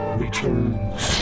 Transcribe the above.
returns